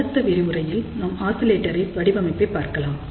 அடுத்த விரிவுரையில் நாம் ஆக்சிலேட்டரை வடிவமைப்பை பார்க்கலாம்